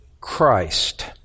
Christ